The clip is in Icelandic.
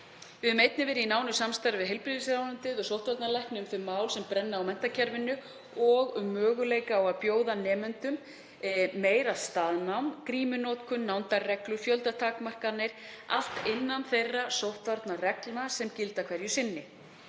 Við höfum einnig verið í nánu samstarfi við heilbrigðisráðuneytið og sóttvarnalækni um þau mál sem brenna á menntakerfinu og um möguleika á að bjóða nemendum meira staðnám með grímunotkun, nándarreglum og fjöldatakmörkunum, allt innan þeirra sóttvarnareglna sem gilda hverju sinni.